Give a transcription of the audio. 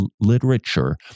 literature